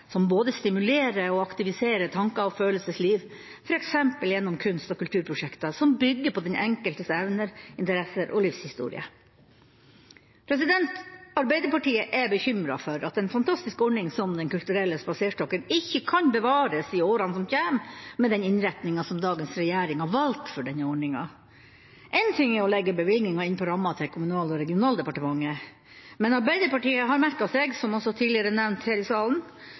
som både stimulerer og aktiviserer tanker og følelsesliv, f.eks. gjennom kunst- og kulturprosjekter som bygger på den enkeltes evner, interesser og livshistorie. Arbeiderpartiet er bekymret for at en fantastisk ordning som Den kulturelle spaserstokken ikke kan bevares i årene som kommer, med den innretninga som dagens regjering har valgt for denne ordninga. Én ting er å legge bevilgninga inn på ramma til Kommunal- og regionaldepartementet, men Arbeiderpartiet har merket seg – som også tidligere nevnt her i salen